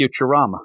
Futurama